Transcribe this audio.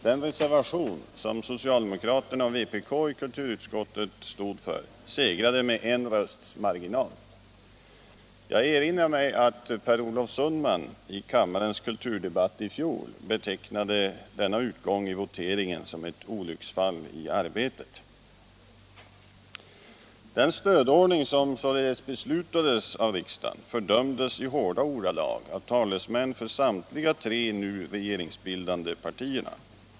Den reservation som socialdemokraterna 49 Jag erinrar mig att Per-Olof Sundman i kammarens kulturdebatt i fjol betecknade denna utgång i voteringen som ett olycksfall i arbetet. Den stödordning som således beslutades av riksdagen fördömdes i hårda ordalag av talesmän för samtliga tre nu regeringsbildande partier.